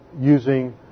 using